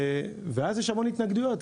ואז יש המון התנגדויות,